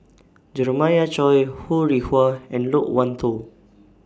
Jeremiah Choy Ho Rih Hwa and Loke Wan Tho